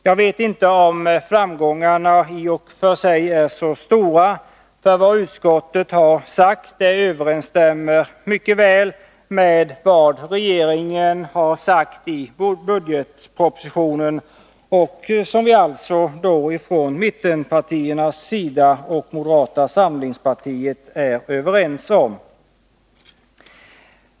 I och för sig är väl framgångarna inte så stora, för vad utskottet har sagt överensstämmer mycket väl med vad regeringen har anfört i budgetpropositionen, och det är alltså något som vi från mittenpartiernas och moderata samlingspartiets sida är överens om.